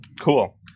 Cool